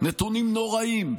נתונים נוראיים.